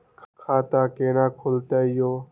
खाता केना खुलतै यो